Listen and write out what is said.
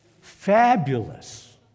Fabulous